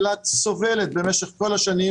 אילת סובלת במשך כל השנים